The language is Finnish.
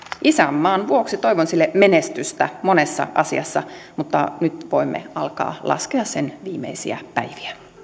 isänmaan vuoksi toivon sille menestystä monessa asiassa mutta nyt voimme alkaa laskea sen viimeisiä päiviä